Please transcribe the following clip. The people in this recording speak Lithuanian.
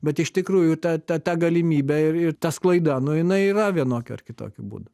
bet iš tikrųjų ta ta ta galimybė ir ir ta sklaida nu jinai yra vienokiu ar kitokiu būdu